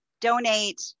Donate